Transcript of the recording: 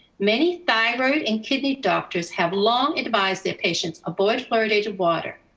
many thyroid and kidney doctors have long advised their patients, avoid fluorinated water.